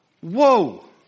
Whoa